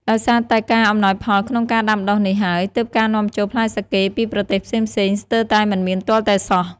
ដោយសារតែការអំណោយផលក្នុងការដាំដុះនេះហើយ ទើបការនាំចូលផ្លែសាកេពីប្រទេសផ្សេងៗស្ទើរតែមិនមានទាល់តែសោះ។